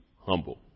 humble